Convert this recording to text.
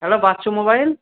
hello Bachchu mobile